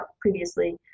previously